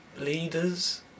leaders